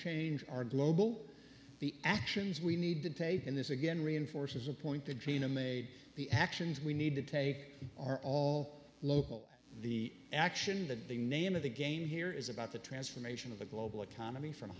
change are global the actions we need to take in this again reinforces a point that gina made the actions we need to take are all local the action that the name of the game here is about the transformation the global economy from